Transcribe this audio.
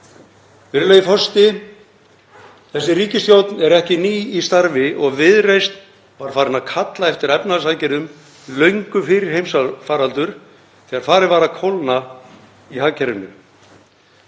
Virðulegur forseti. Þessi ríkisstjórn er ekki ný í starfi og Viðreisn var farin að kalla eftir efnahagsaðgerðum löngu fyrir heimsfaraldur þegar farið var að kólna í hagkerfinu.